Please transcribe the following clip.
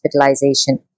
hospitalization